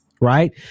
Right